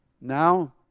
Now